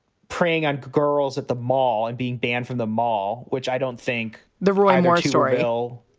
preying on girls at the mall and being banned from the mall, which i don't think the roy moore editorial.